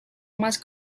más